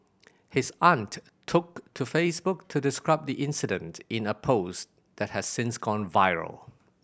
his aunt took to Facebook to describe the incident in a post that has since gone viral